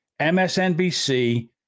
MSNBC